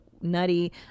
nutty